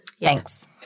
Thanks